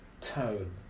tone